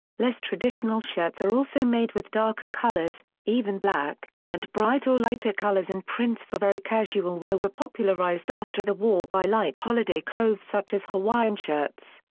less traditional shirts are also made with darker colours, even black, and bright or lighter colours and prints for very casual wear were popularised after the war by light holiday clothes such as hawaiian shirts.